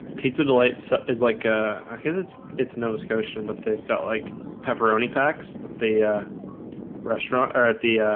pizza delights is like ah his it's it's nova scotian, but they've got like pepperoni packs the ah restaurant are at the